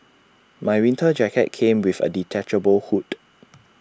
my winter jacket came with A detachable hood